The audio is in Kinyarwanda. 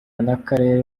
n’akarere